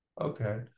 okay